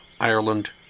Ireland